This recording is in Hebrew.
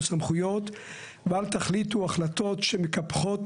סמכויות ואל תחליטו החלטות שמקפחות,